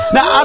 Now